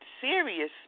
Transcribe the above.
serious